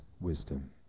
wisdom